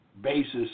basis